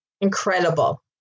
incredible